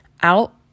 out